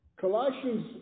Colossians